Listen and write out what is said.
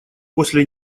после